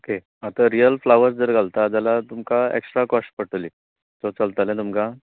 okay आतां real flowers जर घालता जाल्यार तुमका एक्स्ट्रा काॅस्ट पडटली सो चलतलें तुमका